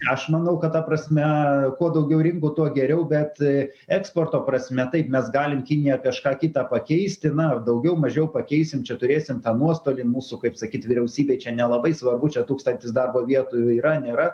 aš manau kad ta prasme kuo daugiau rinkų tuo geriau bet eksporto prasme taip mes galim kiniją kažką kitą pakeisti na ar daugiau mažiau pakeisim čia turėsim tą nuostolį mūsų kaip sakyt vyriausybei čia nelabai svarbu čia tūkstantis darbo vietų yra nėra